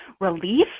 relief